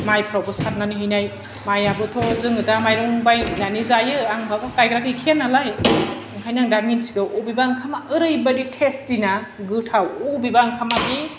माइफ्रावबो सारनानै हैनाय माइआबोथ' जोङो दा माइरं बायनानै जायो आं रावबो गाइग्रा गैखाया नालाय ओखायनो आं दा मोनथिगौ अबेबा ओंखामआ ओरैबायदि थेस्थि ना गोथाव अबेबा ओंखामआ जि